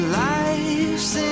life's